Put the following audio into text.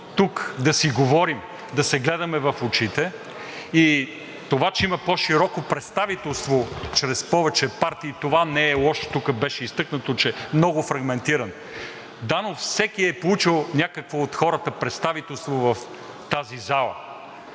тук да си говорим, да се гледаме в очите. Това, че има по-широко представителство чрез повече партии, не е лошо. Тук беше изтъкнато, че е много фрагментиран. Да, но всеки е получил от хората някакво представителство в тази зала